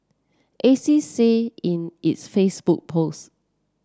say in its Facebook post